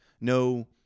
No